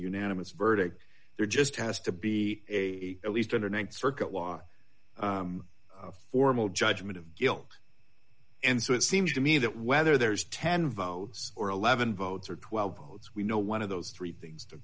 unanimous verdict there just has to be a at least under th circuit law a formal judgement of guilt and so it seems to me that whether there's ten votes or eleven votes or twelve we know one of those three things to